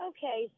Okay